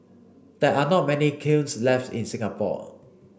there are not many kilns left in Singapore